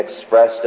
expressed